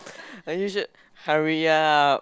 you should hurry up